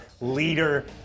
leader